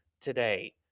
today